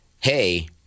Hey